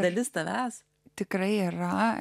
dalis tavęs tikrai yra